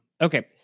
Okay